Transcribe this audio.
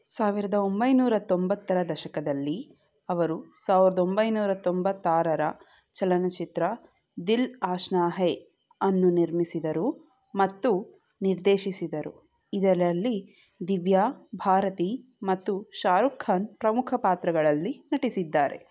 ಸಾವಿರದ ಒಂಬೈನೂರ ತೊಂಬತ್ತರ ದಶಕದಲ್ಲಿ ಅವರು ಸಾವಿರದ ಒಂಬೈನೂರ ತೊಂಬತ್ತಾರರ ಚಲನಚಿತ್ರ ದಿಲ್ ಆಶ್ನಾ ಹೆ ಅನ್ನು ನಿರ್ಮಿಸಿದರು ಮತ್ತು ನಿರ್ದೇಶಿಸಿದರು ಇದರಲ್ಲಿ ದಿವ್ಯಾಭಾರತಿ ಮತ್ತು ಶಾರುಕ್ ಖಾನ್ ಪ್ರಮುಖ ಪಾತ್ರಗಳಲ್ಲಿ ನಟಿಸಿದ್ದಾರೆ